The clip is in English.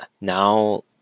now